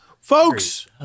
Folks